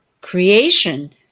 creation